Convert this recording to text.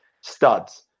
studs